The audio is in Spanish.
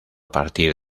partir